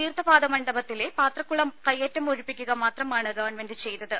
തീർത്ഥപാദമണ്ഡപത്തിലെ പാത്രക്കുളം കയ്യേറ്റം ഒഴിപ്പിക്കുക മാത്രമാണ് ഗവൺമെന്റ് ചെയ്തത്